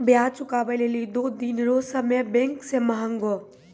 ब्याज चुकबै लेली दो दिन रो समय बैंक से मांगहो